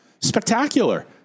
spectacular